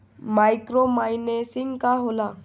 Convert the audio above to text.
Micro financing का होला?